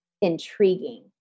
intriguing